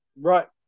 Right